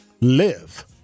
live